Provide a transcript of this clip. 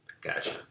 Gotcha